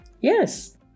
Yes